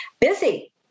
busy